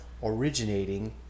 originating